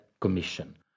commission